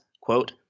quote